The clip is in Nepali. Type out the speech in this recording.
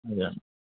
हजुर